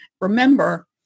Remember